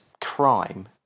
crime